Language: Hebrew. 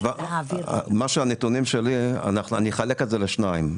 אני אחלק את זה לשתיים.